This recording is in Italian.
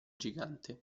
gigante